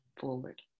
forward